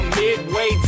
midway